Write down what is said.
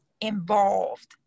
involved